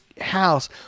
house